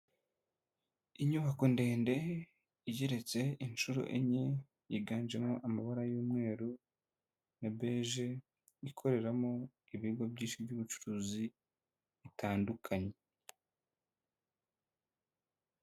Inyubako ndende igeretse inshuro enye yiganjemo amabara y'umweru na beje, ikoreramo ibigo byinshi by'ubucuruzi bitandukanye.